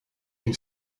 une